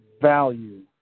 value